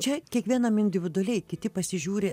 čia kiekvienam individualiai kiti pasižiūri